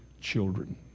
children